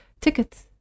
Tickets